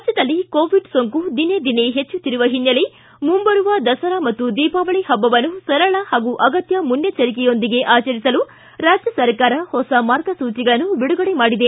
ರಾಜ್ಯದಲ್ಲಿ ಕೋವಿಡ್ ಸೋಂಕು ದಿನೇ ದಿನೇ ಹೆಚ್ಚುತ್ತಿರುವ ಹಿನ್ನೆಲೆ ಮುಂಬರುವ ದಸರಾ ಮತ್ತು ದೀಪಾವಳಿ ಹಬ್ಬವನ್ನು ಸರಳ ಹಾಗೂ ಅಗತ್ಯ ಮುನ್ನೆಚ್ಚರಿಕೆಯೊಂದಿಗೆ ಆಚರಿಸಲು ರಾಜ್ಯ ಸರ್ಕಾರ ಹೊಸ ಮಾರ್ಗಸೂಚಿಗಳನ್ನು ಬಿಡುಗಡೆ ಮಾಡಿದೆ